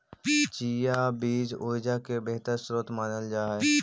chia बीज ऊर्जा के बेहतर स्रोत मानल जा हई